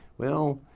well,